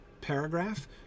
paragraph